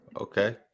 Okay